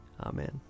Amen